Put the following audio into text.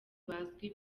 bazwi